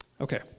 Okay